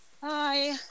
Hi